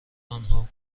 آنها